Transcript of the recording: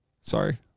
Sorry